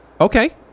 Okay